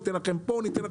ניתן לכם שם",